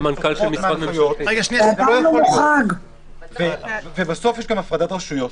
חורגות --- ובסוף יש פה הפרדת רשויות.